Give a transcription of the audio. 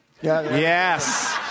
Yes